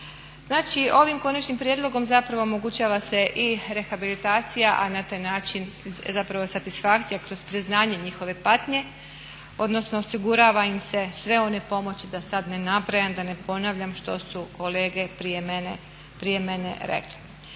Znači ovim konačnim prijedlogom zapravo omogućava se i rehabilitacija, a na taj način zapravo satisfakcija kroz priznanje njihove patnje odnosno osigurava im se sve one pomoći, da sad ne nabrajam, da ne ponavljam što su kolege prije mene rekli.